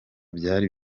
byari